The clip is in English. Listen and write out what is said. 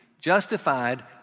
Justified